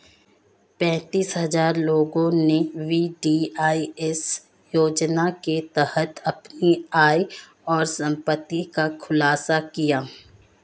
पेंतीस हजार लोगों ने वी.डी.आई.एस योजना के तहत अपनी आय और संपत्ति का खुलासा किया